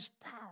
power